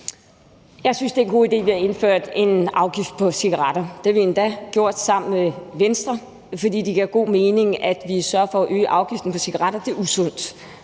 Jeg synes, det er en god idé, at vi har indført en afgift på cigaretter. Det har vi endda gjort sammen med Venstre, fordi det giver god mening, at vi sørger for at øge afgiften på cigaretter. Det er usundt.